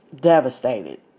Devastated